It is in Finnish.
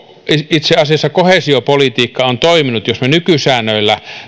itse asiassa koheesiopolitiikka on toiminut jos me nykysäännöillä